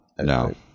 No